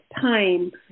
time